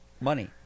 money